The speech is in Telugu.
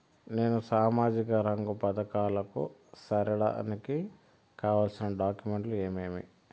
నేను సామాజిక రంగ పథకాలకు సేరడానికి కావాల్సిన డాక్యుమెంట్లు ఏమేమీ?